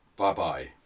Bye-bye